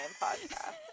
podcast